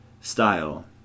style